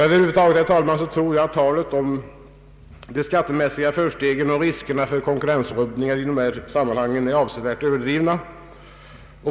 Över huvud taget, herr talman, tror jag talet om de skattemässiga förstegen och risken för konkurrensrubbningar i dessa sammanhang är avsevärt överdrivet.